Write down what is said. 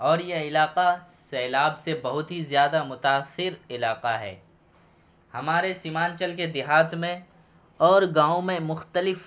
اور یہ علاقہ سیلاب سے بہت ہی زیادہ متاثر علاقہ ہے ہمارے سیمانچل کے دیہات میں اور گاؤں میں مختلف